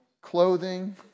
clothing